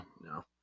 no